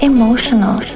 Emotional